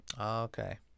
Okay